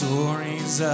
Stories